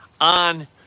on